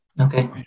Okay